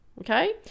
okay